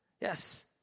Yes